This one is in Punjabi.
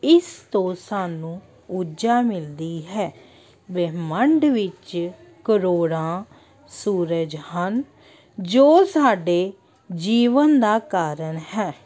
ਇਸ ਤੋਂ ਸਾਨੂੰ ਊਰਜਾ ਮਿਲਦੀ ਹੈ ਬ੍ਰਹਿਮੰਡ ਵਿੱਚ ਕਰੋੜਾਂ ਸੂਰਜ ਹਨ ਜੋ ਸਾਡੇ ਜੀਵਨ ਦਾ ਕਾਰਨ ਹੈ